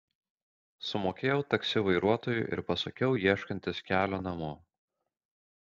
sumokėjau taksi vairuotojui ir pasakiau ieškantis kelio namo